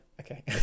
Okay